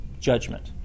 judgment